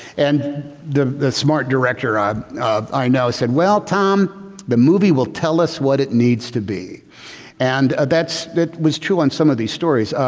and the the smart director um i know said well tom the movie will tell us what it needs to be and ah that was true on some of these stories.